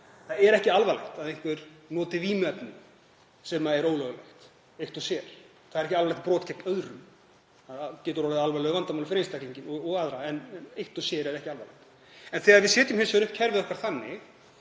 það er ekki alvarlegt að einhver noti vímuefni sem er ólöglegt eitt og sér, það er ekki alvarlegt brot gegn öðrum, það getur orðið alvarleg vandamál fyrir einstaklinginn og aðra en eitt og sér er það ekki alvarlegt, þegar við setjum hins vegar upp kerfið okkar þannig